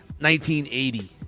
1980